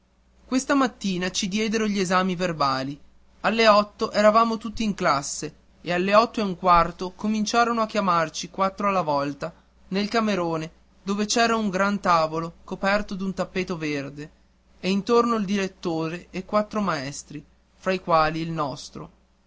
questa mattina ci diedero gli esami verbali alle otto eravamo tutti in classe e alle otto e un quarto cominciarono a chiamarci quattro alla volta nel camerone dove c'era un gran tavolo coperto d'un tappeto verde e intorno il direttore e quattro maestri fra i quali il nostro